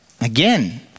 Again